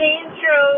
intro